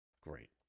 Great